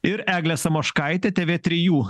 ir eglė samoškaitė tv trijų